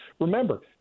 Remember